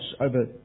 over